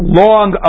long